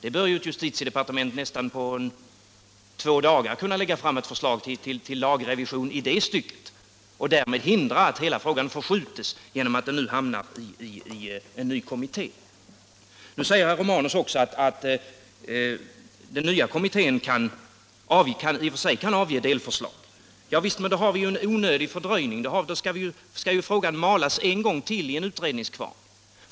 Ett justitiedepartement bör nästan på två dagar kunna lägga fram ett förslag till lagrevision i det stycket och därmed hindra att hela frågan förskjuts genom att den hamnar i en ny kommitté. Herr Romanus säger också att den nya kommittén i och för sig kan avge delförslag. Ja visst, men då får vi ju en onödig fördröjning, för då skall frågan malas en gång till i en utredningskvarn.